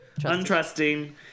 Untrusting